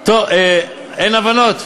טוב, אין הבנות?